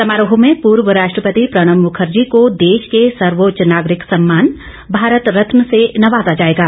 समारोह में पूर्व राष्ट्रपति प्रणब मुखर्जी को देश के सर्वोच्च नागरिक सम्मान भारत रत्न से नवाजा जाएगा